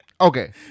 okay